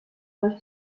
durch